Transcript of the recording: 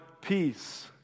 peace